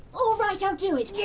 all right, i'll do it. yeah